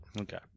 Okay